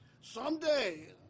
Someday